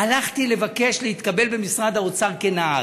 הלכתי לבקש להתקבל במשרד האוצר כנהג,